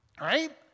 Right